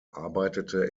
arbeitete